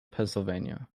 pennsylvania